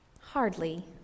Hardly